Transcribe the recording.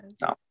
no